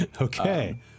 okay